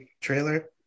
trailer